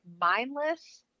mindless